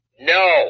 no